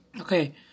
Okay